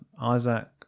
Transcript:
Isaac